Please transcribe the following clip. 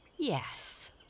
Yes